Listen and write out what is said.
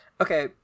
Okay